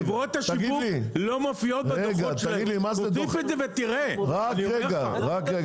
חברות השיווק לא מופיעות בדו"חות שלהן --- רק רגע.